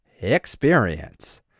experience